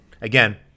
again